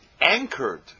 anchored